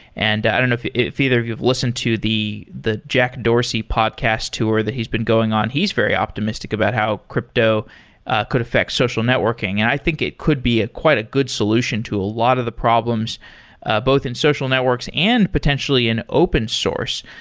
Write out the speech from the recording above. and i don't know if either of you have listened to the the jack dorsey podcast tour that he's been going on. he's very optimistic about how crypto could affect social networking. and i think it could be quite a good solution to a lot of the problems both in social networks and potentially in open source.